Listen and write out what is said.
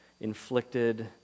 inflicted